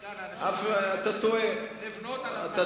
וכאן אנשים רוצים לבנות על אדמתם.